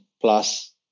plus